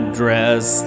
dress